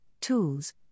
tools